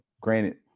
Granted